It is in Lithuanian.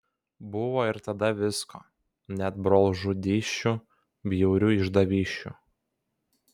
buvo ir tada visko net brolžudysčių bjaurių išdavysčių